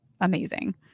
amazing